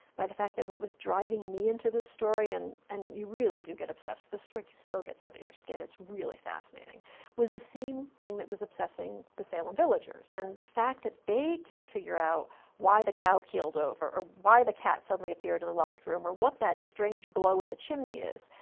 by the fact that what was driving me into the story and and you really do get obsessed this story so gets under your skin, it's really fascinating was the same thing that was obsessing the salem villagers. and the fact that they can't figure out why the cow keeled over or why the cat suddenly appeared in the loft room or what that strange glow in the chimney is,